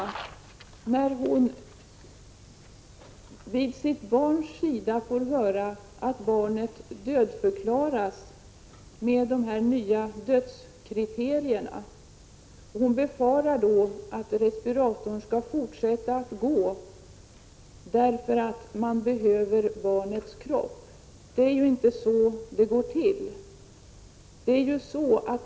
Vi föreställer oss alltså att hon vid sitt barns sida får höra att barnet dödförklaras med hjälp av de nya dödskriterierna. Hon befarar då att respiratorn skall fortsätta att gå, därför att man behöver barnets kropp. Men det är ju inte så det går till.